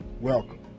welcome